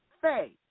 faith